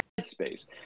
headspace